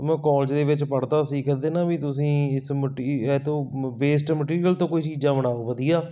ਜਦੋਂ ਮੈਂ ਕਾਲਜ ਦੇ ਵਿੱਚ ਪੜ੍ਹਦਾ ਸੀ ਕਦੇ ਨਾ ਵੀ ਤੁਸੀਂ ਇਸ ਮਟੀ ਇਹ ਤੋਂ ਵੇਸਟ ਮਟੀਰੀਅਲ ਤੋਂ ਕੋਈ ਚੀਜ਼ਾਂ ਬਣਾਓ ਵਧੀਆ